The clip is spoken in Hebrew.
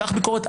מתח ביקורת,